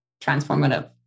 transformative